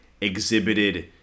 exhibited